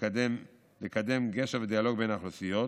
גיסא לקדם גשר ודיאלוג בין האוכלוסיות,